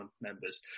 members